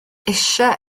eisiau